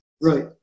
right